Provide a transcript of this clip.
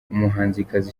umuhanzikazi